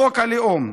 חוק הלאום,